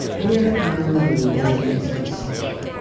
where are we when there is no center?